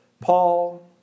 Paul